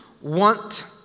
want